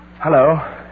Hello